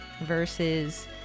versus